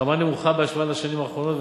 רמה נמוכה בהשוואה לשנים האחרונות,